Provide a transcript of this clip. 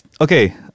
okay